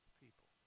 people